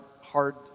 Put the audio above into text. hard